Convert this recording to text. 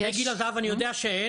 בתי גיל הזהב אני יודע שאין.